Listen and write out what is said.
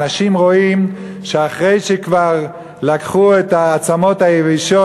אנשים רואים שאחרי שכבר לקחו את העצמות היבשות